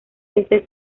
este